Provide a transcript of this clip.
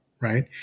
right